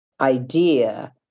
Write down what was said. idea